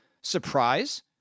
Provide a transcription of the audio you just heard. surprise